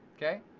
okay?